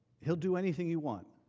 he will do anything you want.